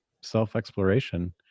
self-exploration